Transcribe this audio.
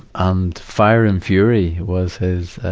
and fire and fury was his, ah,